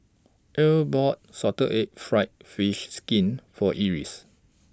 Earl bought Salted Egg Fried Fish Skin For Eris